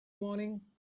morning